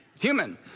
human